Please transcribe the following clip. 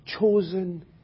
chosen